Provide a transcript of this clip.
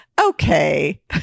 okay